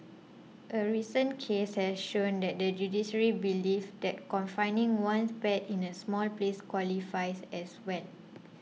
a recent case has shown that the judiciary believes that confining one's pet in a small place qualifies as well